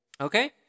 okay